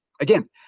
Again